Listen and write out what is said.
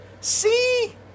See